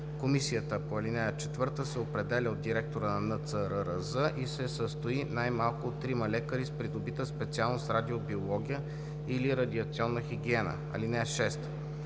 Комисията по ал. 4 се определя от директора на НЦРРЗ и се състои най-малко от трима лекари с придобита специалност „Радиобиология“ или „Радиационна хигиена“. (6)